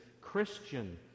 Christian